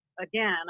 again